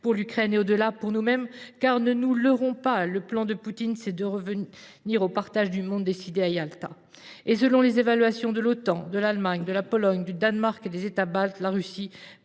pour l’Ukraine, et au delà pour nous mêmes, car, ne nous leurrons pas, le plan de Poutine est de revenir au partage du monde décidé à Yalta. Selon les évaluations de l’Otan, de l’Allemagne, de la Pologne, du Danemark et des États baltes, la Russie